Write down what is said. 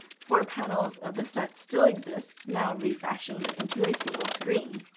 four panels of the set still exists, now refashioned into a single screen.